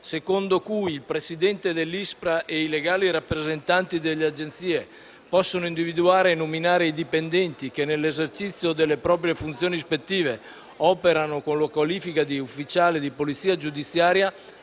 secondo cui il Presidente dell'ISPRA e i legali rappresentanti delle agenzie possono individuare e nominare i dipendenti che, nell'esercizio delle proprie funzioni ispettive, operano con la qualifica di ufficiale di polizia giudiziaria,